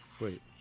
Wait